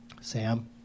Sam